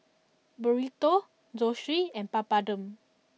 Burrito Zosui and Papadum